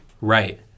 right